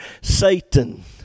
Satan